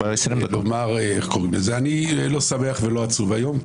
אני לא שמח ולא עצוב היום,